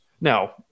Now